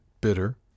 Bitter